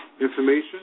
information